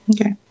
okay